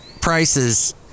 prices